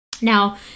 Now